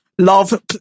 Love